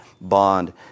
bond